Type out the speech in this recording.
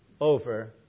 over